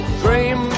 dream